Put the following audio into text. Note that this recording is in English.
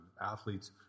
athletes